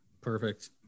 Perfect